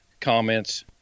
comments